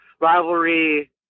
rivalry